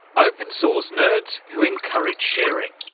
open source nerds who encourage sharing.